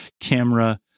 camera